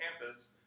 campus